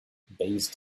based